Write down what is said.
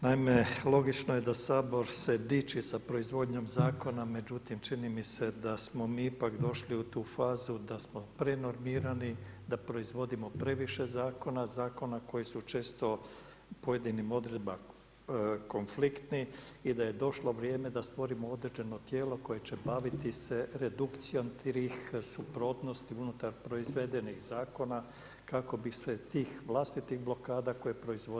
Naime, logično je da Sabor se diči sa proizvodnjom Zakona, međutim čini mi se da smo mi ipak došli u tu fazu da smo prenormirani, da proizvodimo previše Zakona, Zakona koji su često u pojedinim Odredbama konfliktni i da je došlo vrijeme da stvorimo određeno Tijelo koje će baviti se redukcijom tih suprotnosti unutar proizvedenih Zakona kako bi se tih vlastitih blokada koje proizvodimo, riješili.